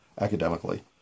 academically